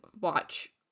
watch